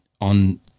on